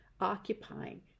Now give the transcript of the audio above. Occupying